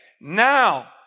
now